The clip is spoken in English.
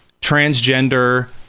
transgender